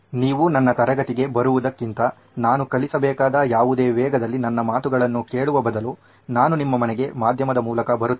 ನೀವು ನನ್ನ ತರಗತಿಗೆ ಬರುವುದಕ್ಕಿಂತ ನಾನು ಕಲಿಸಬೇಕಾದ ಯಾವುದೇ ವೇಗದಲ್ಲಿ ನನ್ನ ಮಾತುಗಳನ್ನು ಕೇಳುವ ಬದಲು ನಾನು ನಿಮ್ಮ ಮನೆಗೆ ಮಾಧ್ಯಮದ ಮೂಲಕ ಬರುತ್ತೇನೆ